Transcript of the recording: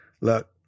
look